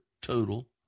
total